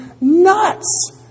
nuts